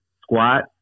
Squat